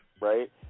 right